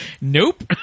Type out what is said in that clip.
nope